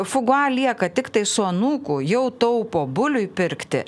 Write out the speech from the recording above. fugua lieka tiktai su anūku jau taupo buliui pirkti